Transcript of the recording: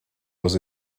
was